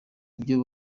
ibyo